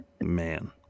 Man